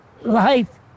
life